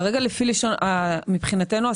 מבחינתנו,